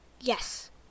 Yes